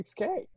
6K